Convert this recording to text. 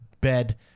bed